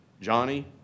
Johnny